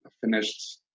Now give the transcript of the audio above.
finished